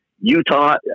Utah